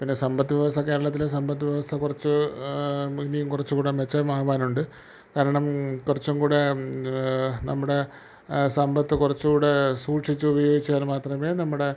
പിന്നെ സമ്പത് വ്യവസ്ഥ കേരളത്തിലെ സമ്പത് വ്യവസ്ഥ കുറച്ച് ഇനിയും കുറച്ചുകൂടെ മെച്ചം ആവാനുണ്ട് കാരണം കുറച്ചുംകൂടെ നമ്മുടെ സമ്പത് കുറച്ചുകൂടെ സൂക്ഷിച്ച് ഉപയോഗിച്ചാൽ മാത്രമേ നമ്മുടെ